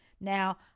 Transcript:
Now